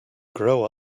grow